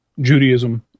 Judaism